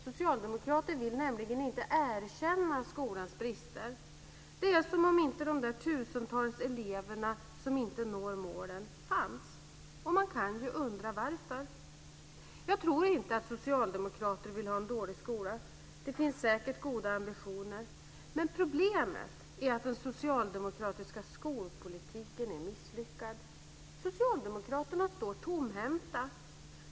Socialdemokrater vill nämligen inte erkänna skolans brister. Det är som om de tusentals elever som inte når målet inte finns. Man kan undra varför. Jag tror inte att socialdemokrater vill ha en dålig skola. Det finns säkert goda ambitioner. Men problemet är att den socialdemokratiska skolpolitiken är misslyckad. Socialdemokraterna står tomhänta.